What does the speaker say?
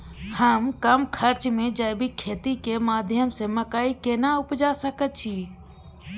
हम कम खर्च में जैविक खेती के माध्यम से मकई केना उपजा सकेत छी?